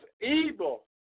evil